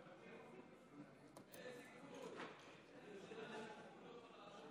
כבוד היושב-ראש, כנסת נכבדה,